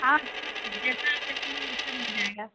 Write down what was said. हाँ जैसा आप चाहेंगी वैसा मिल जाएगा